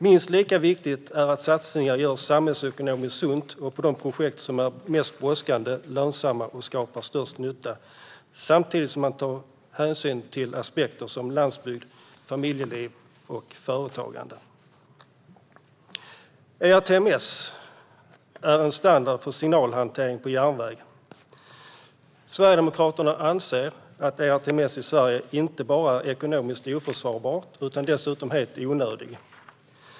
Minst lika viktigt är att satsningarna görs samhällsekonomiskt sunt och på de projekt som är mest brådskande och lönsamma och skapar störst nytta samtidigt som man tar hänsyn till aspekter som landsbygd, familjeliv och företagande. ERTMS är en standard för signalhantering på järnväg. Sverigedemokraterna anser att ERTMS i Sverige inte bara skulle vara ekonomiskt oförsvarbart utan dessutom helt onödigt.